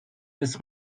has